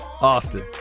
Austin